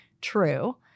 True